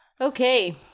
Okay